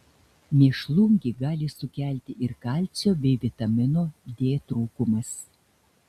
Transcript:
mėšlungį gali sukelti ir kalcio bei vitamino d trūkumas